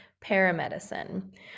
paramedicine